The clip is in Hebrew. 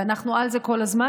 ואנחנו על זה כל הזמן.